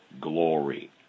glory